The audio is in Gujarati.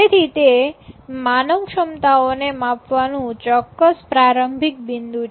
તેથી તે માનવ ક્ષમતાઓને માપવાનું ચોક્કસ પ્રારંભિક બિંદુ છે